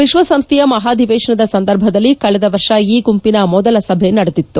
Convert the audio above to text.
ವಿಶ್ವಸಂಸ್ಥೆಯ ಮಹಾಧಿವೇತನದ ಸಂದರ್ಭದಲ್ಲಿ ಕಳೆದ ವರ್ಷ ಈ ಗುಂಪಿನ ಮೊದಲ ಸಭೆ ನಡೆದಿತ್ತು